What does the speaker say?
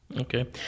Okay